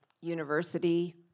university